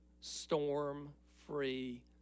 storm-free